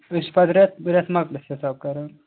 أسۍ چھِ پَتہٕ رٮ۪تھ رٮ۪تھ مۅکلِتھ حِساب کَران